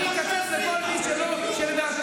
אני אקצץ לכל מי שלא, אבל זה בדיוק